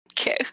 Okay